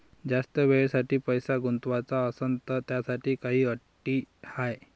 जास्त वेळेसाठी पैसा गुंतवाचा असनं त त्याच्यासाठी काही अटी हाय?